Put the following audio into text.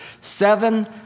seven